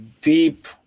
deep